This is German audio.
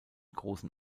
großen